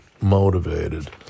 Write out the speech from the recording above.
motivated